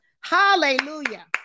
Hallelujah